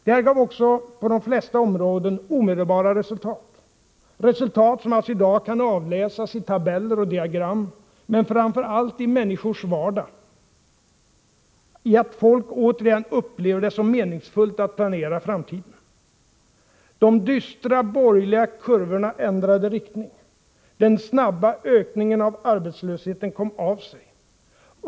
Det här gav också på de flesta områden omedelbara resultat, resultat som alltså i dag kan avläsas i tabeller och diagram, men framför allt i människors vardag, i att folk återigen upplever det som meningsfullt att planera framtiden. De dystra borgerliga kurvorna ändrade riktning. Den snabba ökningen av arbetslösheten kom av sig.